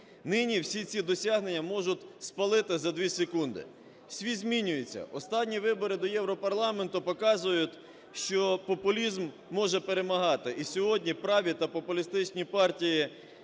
Нині всі ці досягнення можуть спалити за дві секунди. Світ змінюється. Останні вибори до Європарламенту показують, що популізм може перемагати. І сьогодні праві та популістичні партії